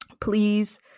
Please